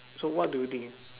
so what do you think